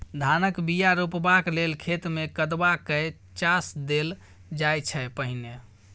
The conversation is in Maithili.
धानक बीया रोपबाक लेल खेत मे कदबा कए चास देल जाइ छै पहिने